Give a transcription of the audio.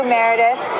Meredith